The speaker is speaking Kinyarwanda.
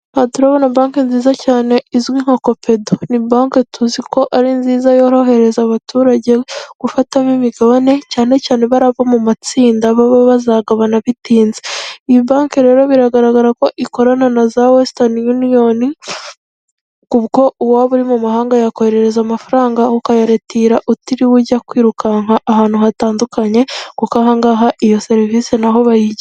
Aha turahabona banke nziza cyane izwi nka kopedu, ni banke tuzi ko ari nziza yorohereza abaturage gufatamo imigabane cyane cyane bariya bo mu matsinda baba bazagabana bitinze. Iyi banki rero biragaragara ko ikorana na za wesitani yuniyoni kuko uwaba uri mu mahanga yakohereza amafaranga ukaya retira utiriwe ujya kwirukanka ahantu hatandukanye kuko ahangaha iyo serivisi n'aho bayigira.